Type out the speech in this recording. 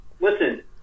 Listen